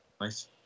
Nice